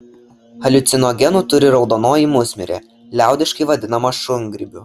haliucinogenų turi raudonoji musmirė liaudiškai vadinama šungrybiu